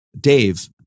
Dave